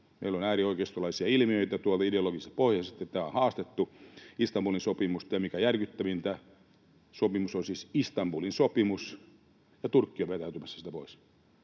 Meillä on äärioikeistolaisia ilmiöitä, ideologiselta pohjalta on haastettu Istanbulin sopimusta ja mikä järkyttävintä, sopimus on siis Istanbulin sopimus ja Turkki on vetäytymässä siitä pois.